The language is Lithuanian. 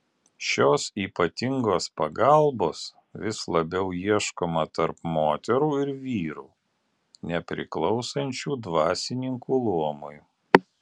šios ypatingos pagalbos vis labiau ieškoma tarp moterų ir vyrų nepriklausančių dvasininkų luomui